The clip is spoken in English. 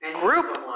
group